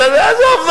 עזוב,